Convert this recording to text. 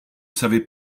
savait